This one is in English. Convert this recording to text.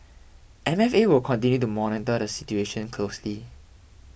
M F A will continue to monitor the situation closely